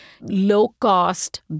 low-cost